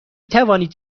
توانید